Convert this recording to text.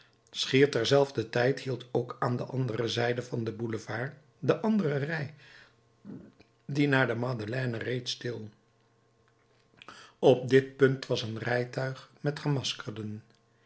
schier terzelfder tijd hield ook aan de andere zijde van den boulevard de andere rij die naar de madeleine reed stil op dit punt was een rijtuig met gemaskerden